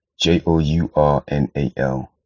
J-O-U-R-N-A-L